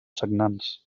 sagnants